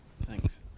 thanks